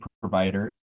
provider